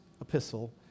epistle